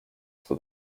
for